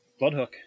bloodhook